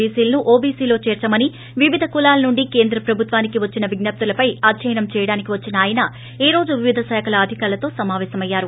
చీసీలను ఓబిసిలో చేర్పమని వివిధ కులాల నుండి కేంద్ర ప్రభుత్వానికి వచ్చిన విజ్జపులపై అధ్యయనం చేయడానికి వచ్చిన ఆయన ఈ రోజు వివిధ శాఖల అధికారులతో సమాపేశమయ్యారు